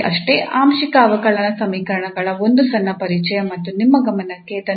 ಆಂಶಿಕ ಅವಕಲನ ಸಮೀಕರಣಗಳ ಒಂದು ಸಣ್ಣ ಪರಿಚಯ ಮತ್ತು ನಿಮ್ಮ ಗಮನಕ್ಕೆ ಧನ್ಯವಾದಗಳು